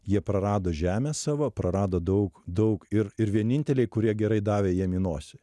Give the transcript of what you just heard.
jie prarado žemę savo prarado daug daug ir ir vieninteliai kurie gerai davė jiem į nosį